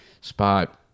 spot